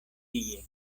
tie